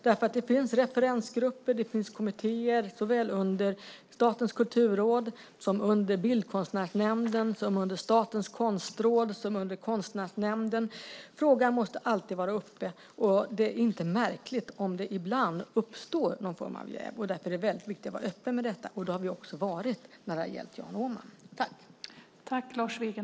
Det finns referensgrupper och kommittéer såväl under Statens kulturråd som under Bildkonstnärsnämnden, Statens konstråd och Konstnärsnämnden. Frågan måste alltid vara uppe, och det är inte märkligt om det ibland uppstår någon form av jäv. Därför är det viktigt att vara öppen med detta, och det har vi också varit när det har gällt Jan Åman.